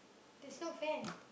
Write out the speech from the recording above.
that's not fair